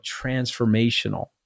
transformational